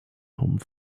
home